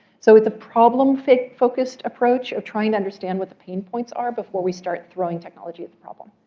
so it's a problem-focused approach of trying to understand what the pain points are before we start throwing technology at the problem.